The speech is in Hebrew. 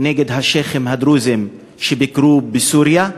נגד הַשֵּׁיחִ'ים הדרוזים שביקרו בסוריה,